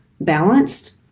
balanced